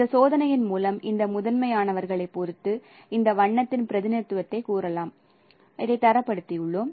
இந்த சோதனையின் மூலம் இந்த முதன்மையானவர்களைப் பொறுத்து இந்த வண்ணத்தின் பிரதிநிதித்துவத்தை கூறலாம் தரப்படுத்தியுள்ளோம்